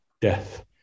death